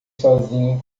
sozinho